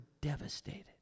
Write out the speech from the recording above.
devastated